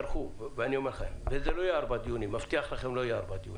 אני מבטיח לכם שלא יהיו ארבעה דיונים.